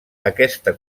aquesta